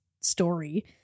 story